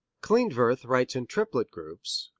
klindworth writes in triplet groups,